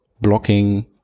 blocking